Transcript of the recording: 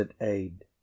aid